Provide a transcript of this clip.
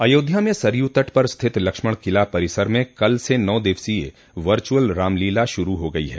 अयोध्या में सरयू तट पर स्थित लक्ष्मण किला परिसर में कल से नौ दिवसीय वर्चुअल रामलीला शुरू हो गई है